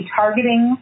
targeting